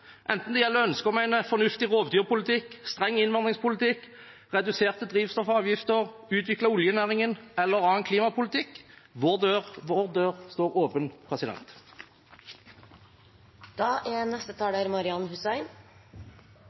enten det gjelder ønsket om en fornuftig rovdyrpolitikk, streng innvandringspolitikk, reduserte drivstoffavgifter, utvikle oljenæringen eller annen klimapolitikk. Vår dør står åpen. Jeg er